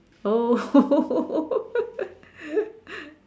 oh